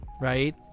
right